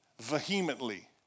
vehemently